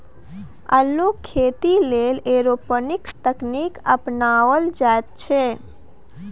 अल्लुक खेती लेल एरोपोनिक्स तकनीक अपनाओल जाइत छै